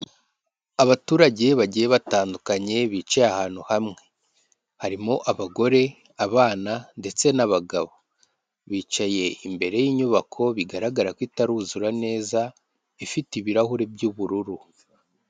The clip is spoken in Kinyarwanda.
Abaturage bagiye batandukanye bicaye ahantu hamwe harimo abagore, abana ndetse n'abagabo bicaye imbere y'inyubako bigaragara ko itaruzura neza ifite ibirahure by'ubururu.